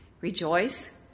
Rejoice